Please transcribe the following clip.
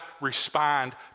respond